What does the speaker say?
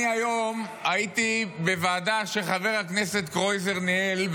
אני היום הייתי בוועדה שחבר הכנסת קרויזר ניהל,